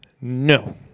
No